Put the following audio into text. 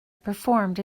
performed